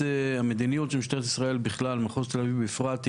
המדיניות של משטרת ישראל בכלל ובמחוז תל-אביב בפרט,